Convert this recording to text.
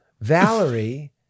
valerie